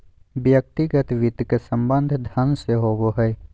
व्यक्तिगत वित्त के संबंध धन से होबो हइ